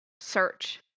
search